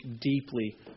deeply